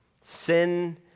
Sin